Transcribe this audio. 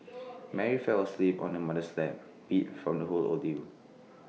Mary fell asleep on her mother's lap beat from the whole ordeal